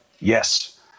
Yes